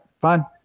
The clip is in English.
fine